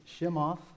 Shimoff